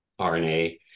RNA